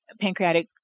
pancreatic